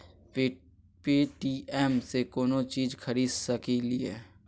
Paytm से कौनो चीज खरीद सकी लिय?